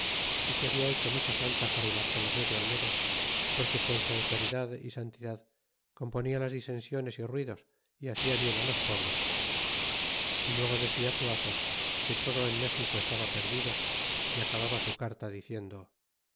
é que habla hecho mucha falta fray bartolome de olmedo porque con su autoridad é santidad componia las disensiones é ruidos y hacia bien los pobres é luego decia zuazo que todo en méxico estaba perdido y acababa su carta diciendo